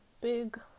big